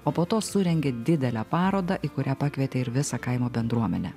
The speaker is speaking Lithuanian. o po to surengė didelę parodą į kurią pakvietė ir visą kaimo bendruomenę